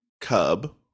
cub